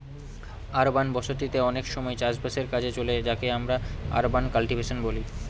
urban বসতি তে অনেক সময় চাষ বাসের কাজে চলে যাকে আমরা আরবান কাল্টিভেশন বলি